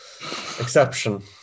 exception